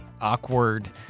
awkward